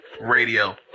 Radio